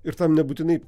ir tam nebūtinai